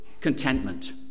contentment